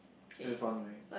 here's one way